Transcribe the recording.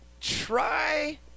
try